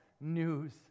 news